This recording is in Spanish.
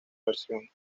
versión